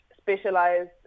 specialized